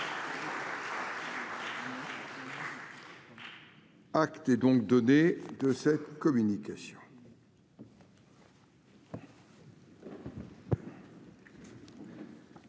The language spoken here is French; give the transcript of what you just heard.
Acte est donné de cette communication.